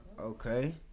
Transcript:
Okay